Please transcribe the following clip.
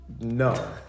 No